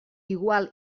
igual